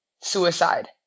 suicide